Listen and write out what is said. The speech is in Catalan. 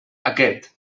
aquest